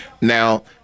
Now